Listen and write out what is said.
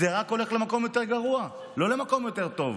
זה רק הולך למקום יותר גרוע, לא למקום יותר טוב.